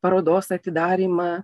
parodos atidarymą